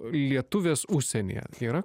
lietuvės užsienyje yra